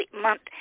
month